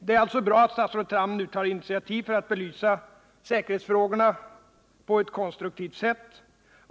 Det är alltså bra att statsrådet Tham nu tar initiativ till att belysa säkerhetsfrågorna på ett konstruktivt sätt.